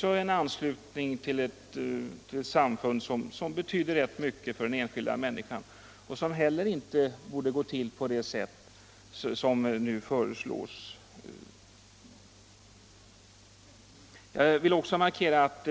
Denna anslutning till ett samfund betyder också rätt mycket för den enskilda människan och borde heller inte få gå till på det sätt som nu sker. Jag vill markera att